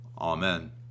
Amen